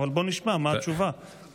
אבל בוא נשמע מה התשובה ונתייחס בהתאם.